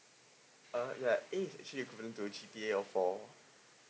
ah yea A is actually you couldn't to achieve C P A of four